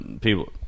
people